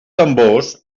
tambors